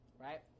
right